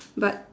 but